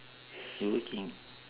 you working